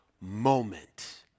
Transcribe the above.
moment